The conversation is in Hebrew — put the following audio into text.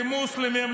למוסלמים,